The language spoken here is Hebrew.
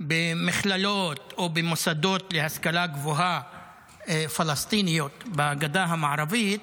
במכללות או במוסדות להשכלה גבוהה פלסטיניים בגדה המערבית